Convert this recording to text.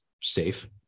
safe